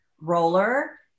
roller